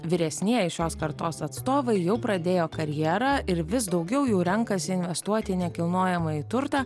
vyresnieji šios kartos atstovai jau pradėjo karjerą ir vis daugiau jų renkasi investuoti į nekilnojamąjį turtą